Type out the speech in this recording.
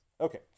Okay